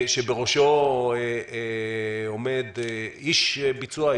שבראשו עומד איש ביצוע,